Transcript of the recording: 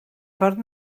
ffordd